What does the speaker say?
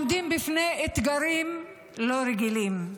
אתגרים לא רגילים.